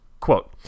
Quote